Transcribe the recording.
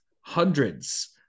hundreds